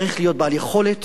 צריך להיות בעל יכולת